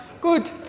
good